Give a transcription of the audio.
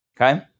okay